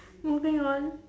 moving on